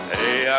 Hey